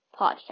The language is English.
podcast